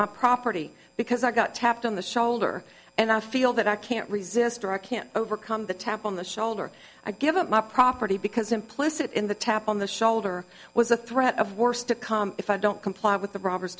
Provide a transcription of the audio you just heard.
my property because i got tapped on the shoulder and i feel that i can't resist or i can't overcome the tap on the shoulder i give up my property because implicit in the tap on the shoulder was a threat of worse to come if i don't comply with the robbers